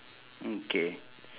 mm K